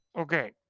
Okay